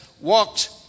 walked